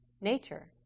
nature